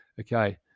Okay